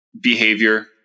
behavior